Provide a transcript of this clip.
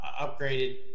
upgraded